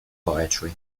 poetry